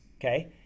Okay